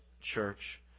church